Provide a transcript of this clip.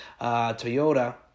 Toyota